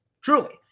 truly